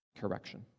correction